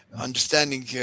understanding